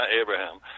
Abraham